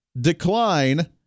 decline –